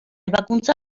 ebakuntza